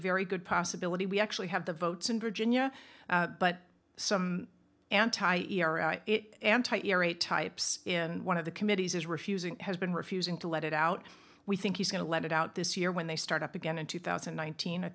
very good possibility we actually have the votes in virginia but some anti ers anti irrate types in one of the committees is refusing has been refusing to let it out we think he's going to let it out this year when they start up again in two thousand and nineteen